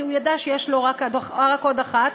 כי הוא ידע שיש לו רק עוד אחת,